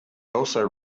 also